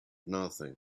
nothing